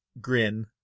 grin